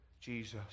Jesus